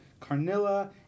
Carnilla